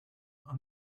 under